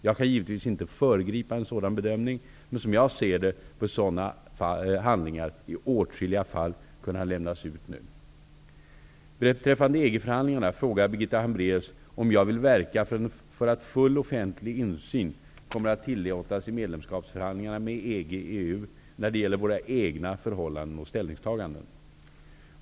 Jag kan givetvis inte föregripa en sådan bedömning men -- som jag ser det -- bör sådana handlingar i åtskilliga fall nu kunna lämnas ut. Hambraeus om jag vill verka för att full offentlig insyn kommer att tillåtas i medlemskapsförhandlingarna med EG/EU när det gäller våra egna förhållanden och ställningstaganden.